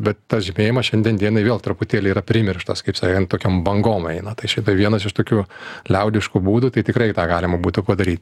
bet tas žibėjimas šiandien dienai vėl truputėlį yra primirštas kaip sakan tokiom bangom eina tai čia tai vienas iš tokių liaudiškų būdų tai tikrai tą galima būtų padaryt